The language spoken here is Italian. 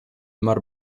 mar